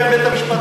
בינתיים בית-המשפט,